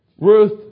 Ruth